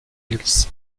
hills